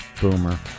Boomer